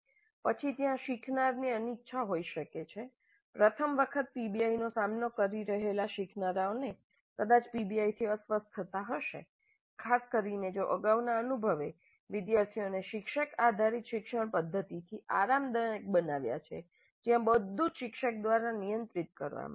પછી ત્યાં શીખનારની અનિચ્છા હોઈ શકે છે પ્રથમ વખત પીબીઆઈનો સામનો કરી રહેલા શીખનારાઓને કદાચ પીબીઆઈથી અસ્વસ્થતા હશે ખાસ કરીને જો અગાઉના અનુભવે વિદ્યાર્થીઓને શિક્ષક આધારિત શિક્ષણ પદ્ધતિથી આરામદાયક બનાવ્યા છે જ્યાં બધું જ શિક્ષક દ્વારા નિયંત્રિત કરવામાં આવે છે